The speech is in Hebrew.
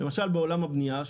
למשל בעולם הבנייה,